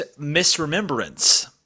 misremembrance –